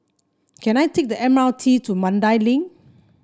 can I take the M R T to Mandai Link